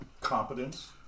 competence